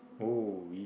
oh you